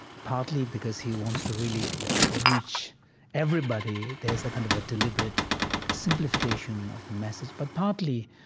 partly because he wants to really reach everybody, there's a kind of deliberate simplification of the message. but partly,